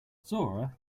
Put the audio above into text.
zora